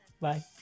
bye